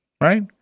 Right